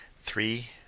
three